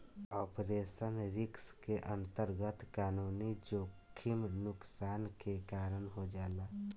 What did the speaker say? operational risk के अंतरगत कानूनी जोखिम नुकसान के कारन हो जाला